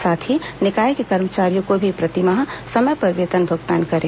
साथ ही निकाय के कर्मचारियों को भी प्रतिमाह समय पर वेतन भूगतान करें